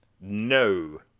No